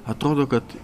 atrodo kad